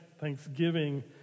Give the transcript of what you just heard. Thanksgiving